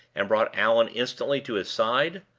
and brought allan instantly to his side.